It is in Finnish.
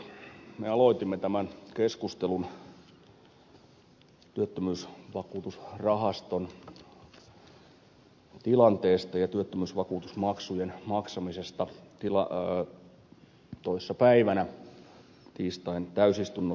me aloitimme tämän keskustelun työttömyysvakuutusrahaston tilanteesta ja työttömyysvakuutusmaksujen maksamisesta toissapäivänä tiistain täysistunnossa